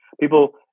People